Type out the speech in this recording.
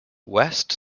west